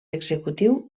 executiu